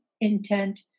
intent